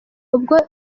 ubwo